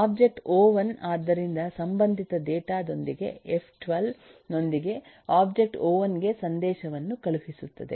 object ಒ1 ಆದ್ದರಿಂದ ಸಂಬಂಧಿತ ಡೇಟಾ ದೊಂದಿಗೆ ಎಫ್12 ನೊಂದಿಗೆ ಒಬ್ಜೆಕ್ಟ್ ಒ1 ಗೆ ಸಂದೇಶವನ್ನು ಕಳುಹಿಸುತ್ತದೆ